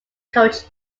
coach